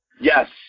Yes